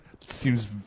Seems